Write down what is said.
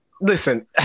listen